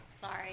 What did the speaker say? Sorry